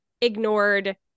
ignored